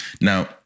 Now